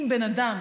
אם בן אדם